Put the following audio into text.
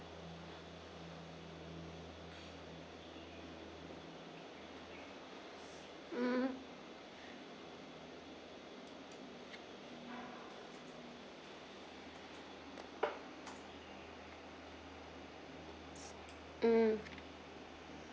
mm mm